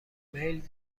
میل